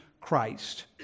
Christ